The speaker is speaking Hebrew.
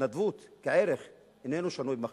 ההתנדבות כערך, זה אינו שנוי במחלוקת.